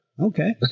Okay